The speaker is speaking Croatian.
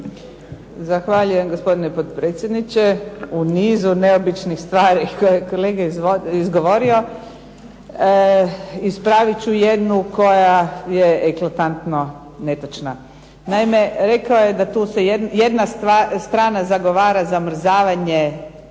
Zahvaljujem gospodine potpredsjedniče. U niz neobičnih stvari koje je kolega izgovorio, ispravit ću jednu koja je eklatantno netočna. Naime, rekao je da tu jedna strana zagovara zamrzavanje